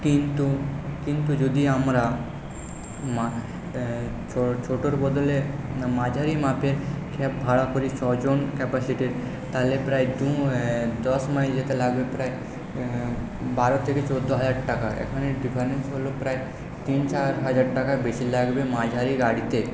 কিন্তু কিন্তু যদি আমরা মা ছোটো ছোটোর বদলে মাঝারি মাপের ক্যাব ভাড়া করি ছজন ক্যাপাসিটির তাহলে প্রায় দশ মাইল যেতে লাগবে প্রায় বারো থেকে চৌদ্দো হাজার টাকা এখানে ডিফারেন্স হল প্রায় তিন চার হাজার টাকা বেশি লাগবে মাঝারি গাড়িতে